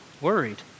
worried